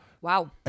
Wow